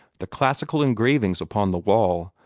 the classical engravings upon the wall,